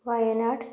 Wayanad